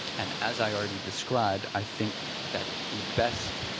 and as i already described, i think that the best